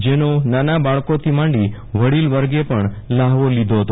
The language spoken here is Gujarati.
જેનો નાના બાળકો થી મોટી વડીલ વગેરે પણ લ્હાવો લીધો હતો